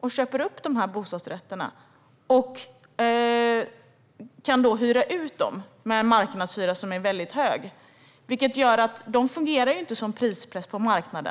och köper upp bostadsrätterna och hyr ut dem till en hög marknadshyra. De goda företagen som vill bygga bra fungerar inte som prispress på marknaden.